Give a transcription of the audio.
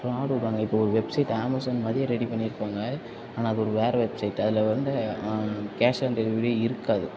fraud விடுவானுங்க இப்போ ஒரு வெப்சைட் அமேசான் மாரியே ரெடி பண்ணிருப்பாங்க ஆனால் அது ஒரு வேறு வெப்சைட் அதில் வந்து கேஷ் ஆன் டெலிவரியே இருக்காது